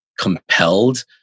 compelled